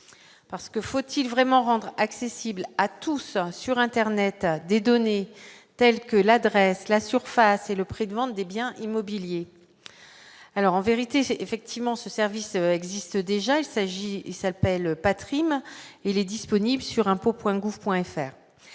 parce que faut-il vraiment rendre accessible à tous sur internet des données telles que l'adresse, la surface et le prix de vente des biens immobiliers, alors en vérité, c'est effectivement ce service existe déjà : il s'agit, il s'appelle Patrimoine il est disponible sur impôts Point